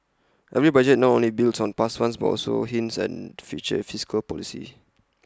every budget not only builds on past ones but also hints at future fiscal policy